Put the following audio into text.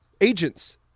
agents